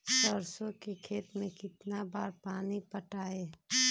सरसों के खेत मे कितना बार पानी पटाये?